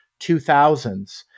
2000s